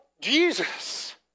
Jesus